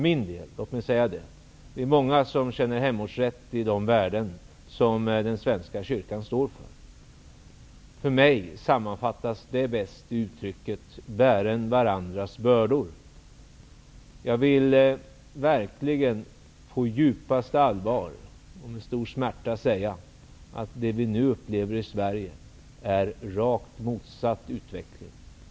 Vi är många som känner hemortsrätt i de värden som den svenska kyrkan står för. För mig sammanfattas det bäst i uttrycket: bären varandras bördor. Jag vill verkligen på djupaste allvar och med stor smärta säga att det vi nu upplever i Sverige är rakt motsatt utveckling.